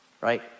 right